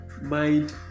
Mind